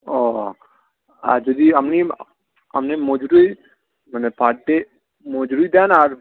ও আর যদি আপনি আপনি মজুরি মানে পার ডে মজুরি দেন আর